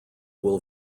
will